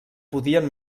podien